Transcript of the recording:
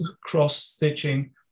cross-stitching